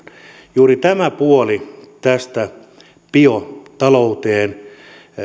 juuri tämä puoli tästä biotalouteen